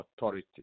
authority